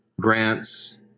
grants